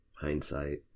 Hindsight